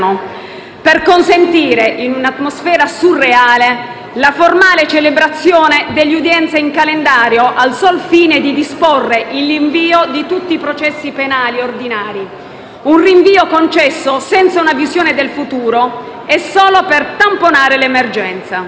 per consentire, in un'atmosfera surreale, la formale celebrazione delle udienze in calendario, al sol fine di disporre il rinvio di tutti i processi penali ordinari; un rinvio concesso senza una visione del futuro e solo per tamponare l'emergenza.